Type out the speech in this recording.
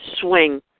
swing